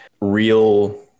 real